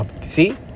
see